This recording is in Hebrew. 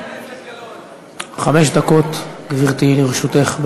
חמש דקות, גברתי, לרשותך.